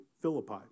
Philippi